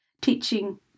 teaching